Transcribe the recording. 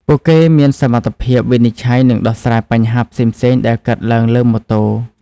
ពួកគេមានសមត្ថភាពវិនិច្ឆ័យនិងដោះស្រាយបញ្ហាផ្សេងៗដែលកើតឡើងលើម៉ូតូ។